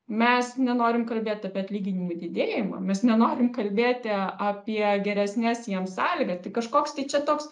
mes nenorim kalbėt apie atlyginimų didėjimą mes nenorim kalbėti apie geresnes jiems sąlygas tai kažkoks tai čia toks